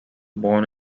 born